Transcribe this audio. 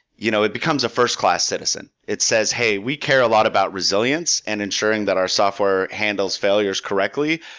you know it becomes a first class citizen. it says, hey, we care a lot about resilience and ensuring that our software handles failures correctly.